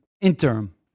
Interim